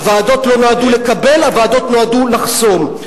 הוועדות לא נועדו לקבל, הוועדות נועדו לחסום.